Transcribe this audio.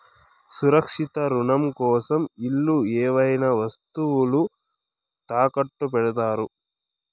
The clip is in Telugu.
సురక్షిత రుణం కోసం ఇల్లు ఏవైనా వస్తువులు తాకట్టు పెడతారు